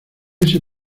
ese